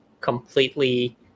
completely